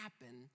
happen